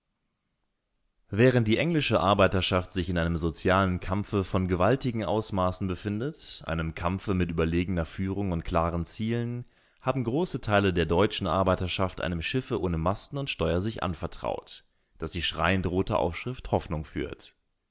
während die englische arbeiterschaft sich in einem sozialen kampfe von gewaltigen ausmaßen befindet einem kampfe mit überlegener führung und klaren zielen haben große teile der deutschen arbeiterschaft einem schiffe ohne masten und steuer sich anvertraut das die schreiend rote aufschrift hoffnung führt